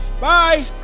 Bye